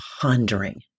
pondering